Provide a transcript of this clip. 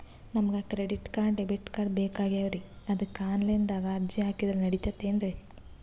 ನಮಗ credit card, debit card ಬೇಕಾಗ್ಯಾವ್ರೀ ಅದಕ್ಕ ಆನಲೈನದಾಗ ಅರ್ಜಿ ಹಾಕಿದ್ರ ನಡಿತದೇನ್ರಿ?